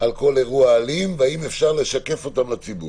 על כל אירוע אלים והאם אפשר לשקף אותם לציבור?